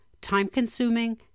time-consuming